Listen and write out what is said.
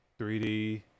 3D